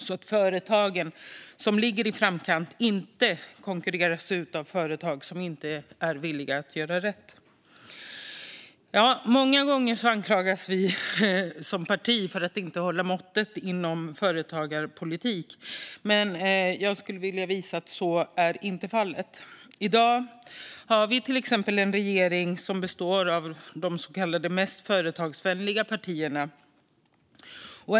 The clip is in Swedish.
Företagen som ligger i framkant ska inte konkurreras ut av företag som inte är villiga att göra rätt. Många gånger anklagas vi som parti för att inte hålla måttet inom företagarpolitik. Jag skulle vilja visa att så inte är fallet. I dag har vi till exempel en regering som består av de så kallade mest företagsvänliga partierna.